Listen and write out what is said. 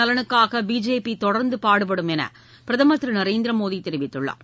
நலனுக்காகபிஜேபிதொடர்ந்துபாடுபடும் என்றுபிரதமர் திரு நரேந்திரமோடிதெரிவித்துள்ளார்